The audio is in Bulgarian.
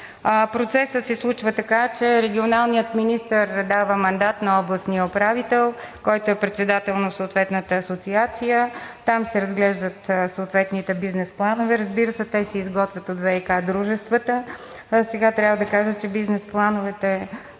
Процесът се случва така, че регионалният министър дава мандат на областния управител, който е председател на съответната асоциация. Там се разглеждат съответните бизнес планове. Разбира се, те се изготвят от ВиК дружествата. Сега трябва да кажа, че бизнес плановете